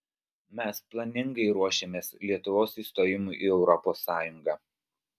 mes planingai ruošėmės lietuvos įstojimui į europos sąjungą